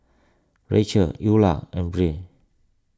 Rachelle Eulah and Brea